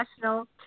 national